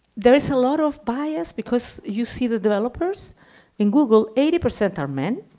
there is a lot of bias because you see, the developers in google, eighty percent are men,